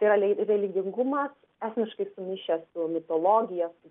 tai yra lei religingumas esmiškai sumišęs su mitologija su